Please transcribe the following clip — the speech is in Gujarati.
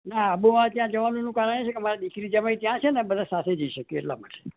ના આબુ આ ત્યાં જવાનું એનું કારણ છેકે અમારે દીકરી જમાઈ ત્યાં છે બધાં સાથે જઈ શકીએ એટલા માટે